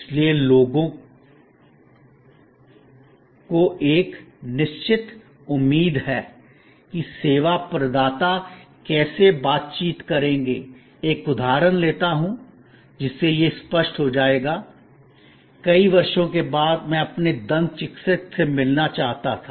इसलिए लोगों को एक निश्चित उम्मीद है कि सेवा प्रदाता कैसे बातचीत करेंगे एक उदाहरण लेता हूं जिससे यह स्पष्ट हो जाएगा कई वर्षों के बाद मैं अपने दंत चिकित्सक से मिलना चाहता था